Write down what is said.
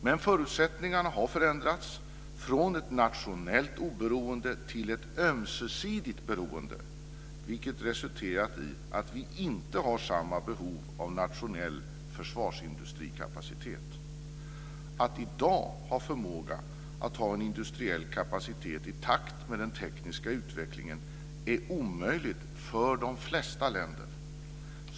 Men förutsättningarna har förändrats från ett nationellt oberoende till ett ömsesidigt beroende, vilket resulterat i att vi inte har samma behov av nationell försvarsindustrikapacitet. Att i dag ha förmåga att ha industriell kapacitet i takt med den tekniska utvecklingen är omöjligt för de flesta länder.